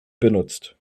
benutzt